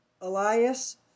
Elias